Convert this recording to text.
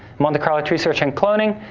monte carlo research in cloning,